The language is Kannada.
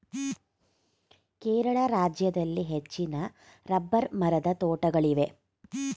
ಕೇರಳ ರಾಜ್ಯದಲ್ಲಿ ಹೆಚ್ಚಿನ ರಬ್ಬರ್ ಮರದ ತೋಟಗಳಿವೆ